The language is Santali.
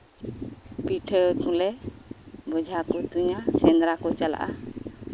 ᱯᱤᱴᱷᱟᱹ ᱠᱚᱞᱮ ᱵᱳᱡᱷᱟ ᱠᱚ ᱛᱩᱧᱟᱹ ᱥᱮᱸᱫᱽᱨᱟ ᱠᱚ ᱪᱟᱞᱟᱜᱼᱟ